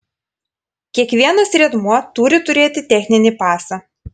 kiekvienas riedmuo turi turėti techninį pasą